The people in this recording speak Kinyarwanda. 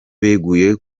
beguye